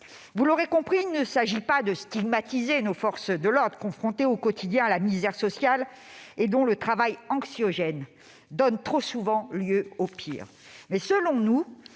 Vous l'aurez compris, il ne s'agit pas de stigmatiser nos forces de l'ordre, qui sont confrontées au quotidien à la misère sociale et dont le travail anxiogène donne trop souvent lieu au pire.